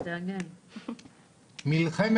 אני חושב